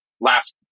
last